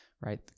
right